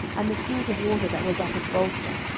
and the cruse of water that was at his bolster.